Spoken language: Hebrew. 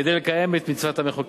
כדי לקיים את מצוות המחוקק.